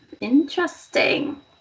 interesting